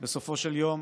בסופו של יום,